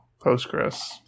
Postgres